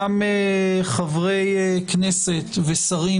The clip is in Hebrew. שאותם חברי כנסת ושרים,